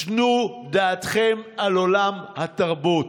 תנו דעתכם על עולם התרבות.